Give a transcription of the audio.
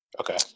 Okay